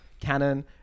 canon